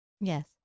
Yes